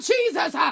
Jesus